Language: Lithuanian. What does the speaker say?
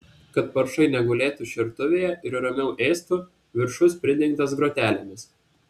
kad paršai negulėtų šertuvėje ir ramiau ėstų viršus pridengtas grotelėmis